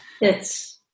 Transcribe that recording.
Yes